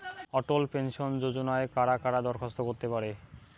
অটল pension যোজনায় কারা কারা দরখাস্ত করতে পারে?